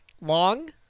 long